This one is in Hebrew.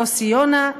יוסי יונה,